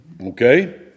Okay